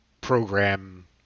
program